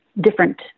different